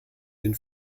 den